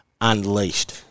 unleashed